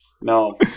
No